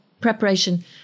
Preparation